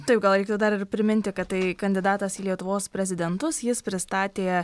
taip gal reikėtų dar ir priminti kad tai kandidatas į lietuvos prezidentus jis pristatė